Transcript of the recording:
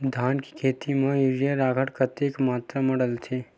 धान के खेती म यूरिया राखर कतेक मात्रा म डलथे?